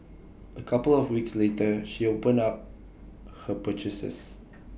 A couple of weeks later she opened up her purchases